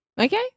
Okay